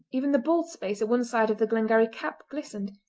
even the bald space at one side of the glengarry cap glistened,